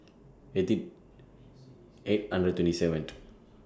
eighty eight hundred twenty seventh